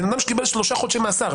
בן אדם שקיבל שלושה חודשי מאסר.